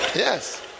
Yes